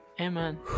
Amen